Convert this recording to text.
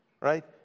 right